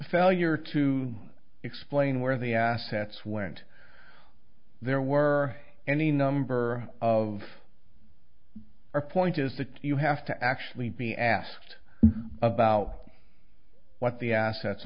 failure to explain where the assets went there were any number of our point is that you have to actually be asked about what the assets